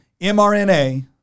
mRNA